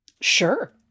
Sure